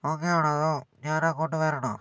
okay ആണോ അതോ ഞാൻ അങ്ങോട്ട് വരണോ